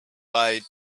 bite